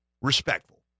respectful